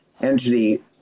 entity